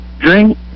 drink